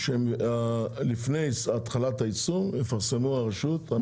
שלפני התחלת האיסור, יפרסמו הרשות.